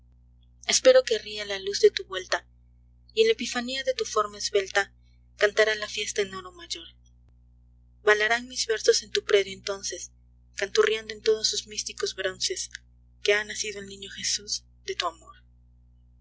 espero que ría la luz de tu vuelta y en la epifanía de tu forma esbelta cantará la fiesta en oro mayor balarán mis versos en tu predio entonces canturreando en todos sus místicos bronces que ha nacido el niño jesús de tu amor